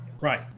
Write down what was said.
right